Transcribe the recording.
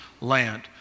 land